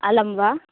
अलं वा